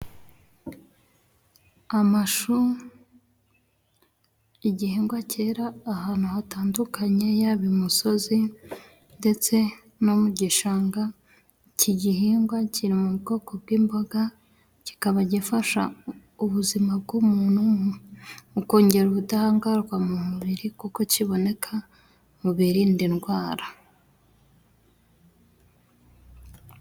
Amashu igihingwa cyera ahantu hatandukanye yaba imusozi ndetse no mu gishanga, icy'igihingwa kiri mu bwoko bw'imboga kikaba gifasha ubuzima bw'umuntu ukongera ubudahangarwa mu mubiri kuko kiboneka mu birinda indwara.